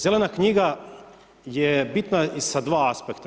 Zelena knjiga je bitna i sa dva aspekta.